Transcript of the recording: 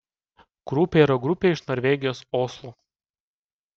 grupė yra grupė iš norvegijos oslo